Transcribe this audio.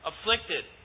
afflicted